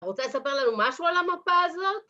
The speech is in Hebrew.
אתה רוצה לספר לנו משהו על המפה הזאת?